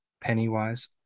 Pennywise